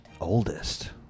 Oldest